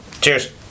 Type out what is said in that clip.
Cheers